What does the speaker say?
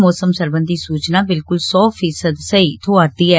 मौसम सरबंधी सूचना बिलकुल सौ फीसद सही थोआरदी ऐ